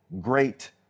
great